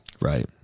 Right